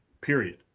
period